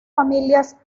familias